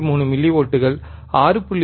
3 மில்லிவோல்ட்கள் 6